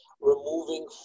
removing